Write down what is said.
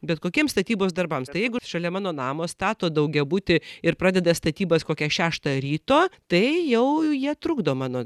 bet kokiems statybos darbams tai jeigu šalia mano namo stato daugiabutį ir pradeda statybas kokią šeštą ryto tai jau jie trukdo mano